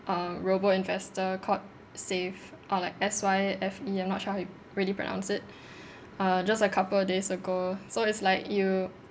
uh robo investor called Syfe or like S Y F E I'm not sure how you really pronounce it uh just a couple of days ago so it's like you